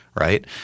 right